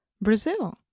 Brazil